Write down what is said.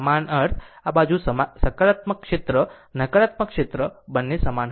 સમાન અર્થ આ બાજુ સકારાત્મક ક્ષેત્ર નકારાત્મક ક્ષેત્ર બંને સમાન હશે